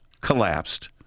collapsed